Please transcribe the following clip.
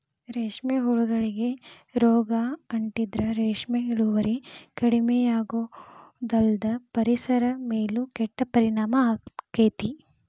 ರೇಷ್ಮೆ ಹುಳಗಳಿಗೆ ರೋಗ ಅಂಟಿದ್ರ ರೇಷ್ಮೆ ಇಳುವರಿ ಕಡಿಮಿಯಾಗೋದಲ್ದ ಪರಿಸರದ ಮೇಲೂ ಕೆಟ್ಟ ಪರಿಣಾಮ ಆಗ್ತೇತಿ